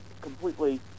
completely